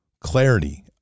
clarity